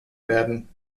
werden